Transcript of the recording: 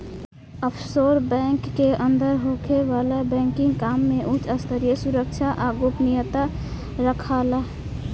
offshore bank के अंदर होखे वाला बैंकिंग काम में उच स्तरीय सुरक्षा आ गोपनीयता राखाला